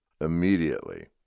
immediately